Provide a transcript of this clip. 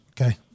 Okay